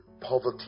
poverty